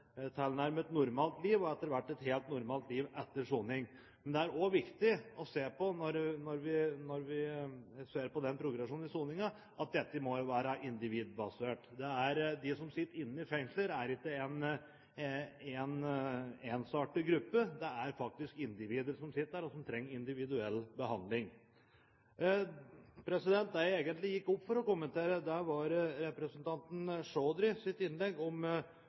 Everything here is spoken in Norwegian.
helt normalt liv etter soning. Men det er også viktig – når vi ser på progresjonen i soningen – at dette må være individbasert. De som sitter i fengsler, er ikke en ensartet gruppe, det er faktisk individer som sitter der, og som trenger individuell behandling. Det jeg egentlig gikk opp for å kommentere, var representanten Chaudhrys innlegg om